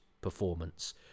performance